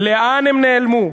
לאן הם נעלמו?